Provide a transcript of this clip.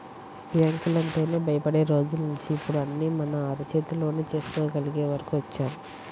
బ్యాంకులంటేనే భయపడే రోజుల్నించి ఇప్పుడు అన్నీ మన అరచేతిలోనే చేసుకోగలిగే వరకు వచ్చాం